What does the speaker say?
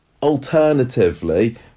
alternatively